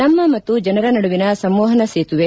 ನಮ್ಮ ಮತ್ತು ಜನರ ನಡುವಿನ ಸಂವಹನ ಸೇತುವೆ